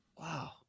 wow